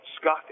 Scott